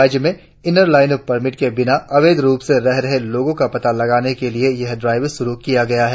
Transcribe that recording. राज्य में inner line permit के बिना अवैध रुप से रह रहे लोगो का पता लगाने के लिए यह ड्राइव शूरु किया गया है